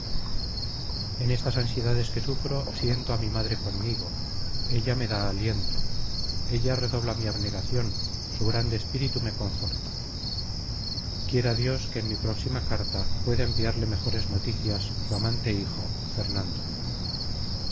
en estas ansiedades que sufro siento a mi madre conmigo ella me da aliento ella redobla mi abnegación su grande espíritu me conforta quiera dios que en mi próxima carta pueda enviarle mejores noticias su amante hijo fernando